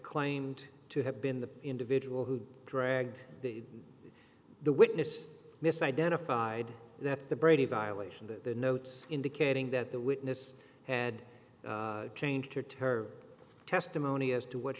claimed to have been the individual who dragged the witness misidentified that the brady violation to the notes indicating that the witness had changed her to her testimony as to what